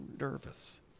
nervous